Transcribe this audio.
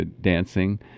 dancing